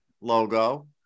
logo